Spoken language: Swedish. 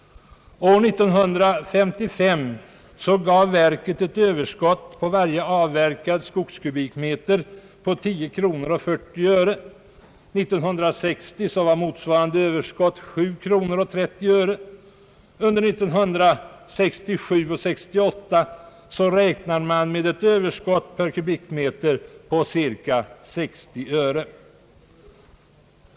År 1955 gav verket på varje avverkad skogskubikmeter ett överskott på 10 kronor 40 öre. 1960 var motsvarande överskott 7 kronor 30 öre, och under 1967—1968 räknar man med ett överskott per kubikmeter på cirka 60 öre.